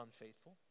unfaithful